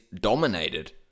dominated